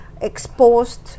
exposed